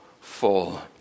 full